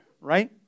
Right